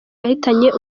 yahitanye